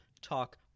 talk